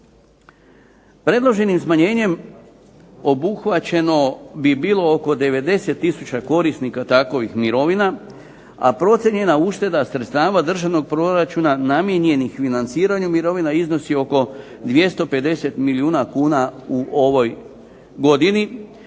Predloženim smanjenjem obuhvaćeno bi bilo oko 90 tisuća korisnika takvih mirovina, a procijenjena ušteda sredstava državnog proračuna namijenjenih financiranju mirovina iznosi oko 250 milijuna kuna u ovoj godini,